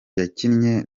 yakinnye